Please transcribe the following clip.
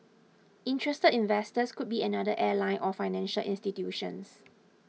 interested investors could be another airline or financial institutions